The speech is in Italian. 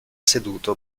seduto